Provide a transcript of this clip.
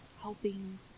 helping